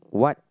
what